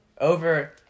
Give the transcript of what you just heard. Over